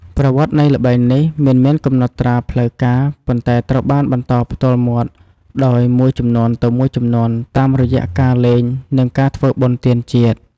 ប្រវត្តិនៃល្បែងនេះមិនមានកំណត់ត្រាផ្លូវការប៉ុន្តែត្រូវបានបន្តផ្ទាល់មាត់ដោយមួយជំនាន់ទៅមួយជំនាន់ តាមរយៈការលេង និងការធ្វើបុណ្យទានជាតិ។